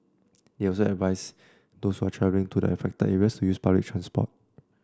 they also advised those who are travelling to the affected areas to use public transport